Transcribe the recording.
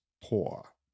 poor